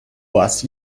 вас